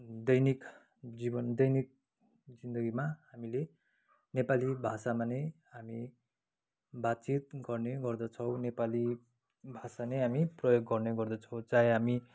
दैनिक जीवन दैनिक जिन्दगीमा हामीले नेपाली भाषामा नै हामी बातचित गर्ने गर्दछौँ नेपाली भाषा नै हामी प्रयोग गर्ने गर्दछौँ चाहे हामी